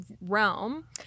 realm